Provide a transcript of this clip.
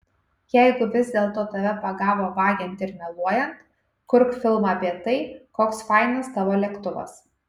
jeigu vis dėl to tave pagavo vagiant ir meluojant kurk filmą apie tai koks fainas tavo lėktuvas